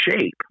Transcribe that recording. shape